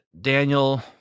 Daniel